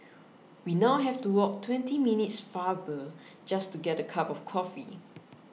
we now have to walk twenty minutes farther just to get a cup of coffee